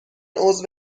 عضو